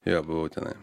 jo buvau tenai